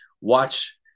watch